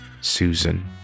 Susan